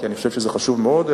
כי אני חושב שזה חשוב מאוד,